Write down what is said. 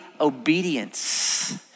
obedience